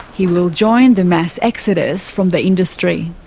he will join the mass exodus from the industry.